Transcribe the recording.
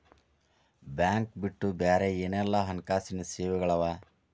Bank ಬಿಟ್ಟು ಬ್ಯಾರೆ ಏನೆಲ್ಲಾ ಹಣ್ಕಾಸಿನ್ ಸೆವೆಗಳವ?